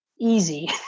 easy